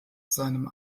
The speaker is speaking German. seinem